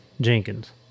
Jenkins